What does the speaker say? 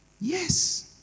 Yes